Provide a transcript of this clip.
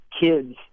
kids